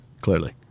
Clearly